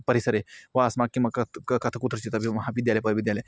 परिसरे वा अस्माकं कत् का कथं कुत्रचितपि महाविद्यालये पय विद्यालये